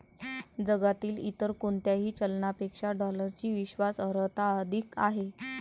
जगातील इतर कोणत्याही चलनापेक्षा डॉलरची विश्वास अर्हता अधिक आहे